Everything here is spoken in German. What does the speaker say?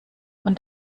und